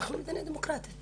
אנחנו במדינה דמוקרטית,